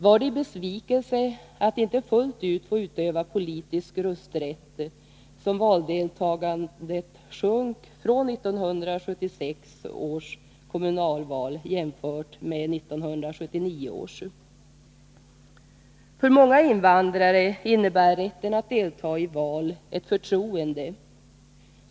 Var det i besvikelsen att inte fullt ut få utöva politisk rösträtt som valdeltagandet sjönk från 1976 års kommunalval till 1979 års? För många invandrare innebär rätten att delta i val ett förtroende.